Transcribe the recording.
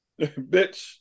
Bitch